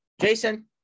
Jason